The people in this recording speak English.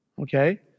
Okay